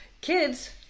Kids